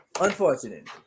Unfortunate